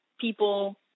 people